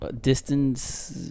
distance